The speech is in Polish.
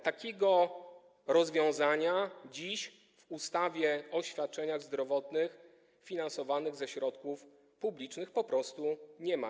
Takiego rozwiązania dziś w ustawie o świadczeniach zdrowotnych finansowanych ze środków publicznych po prostu nie ma.